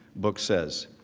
book says.